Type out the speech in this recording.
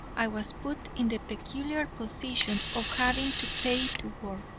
i was put in the peculiar position of having to pay to work.